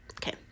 okay